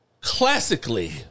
classically